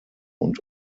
und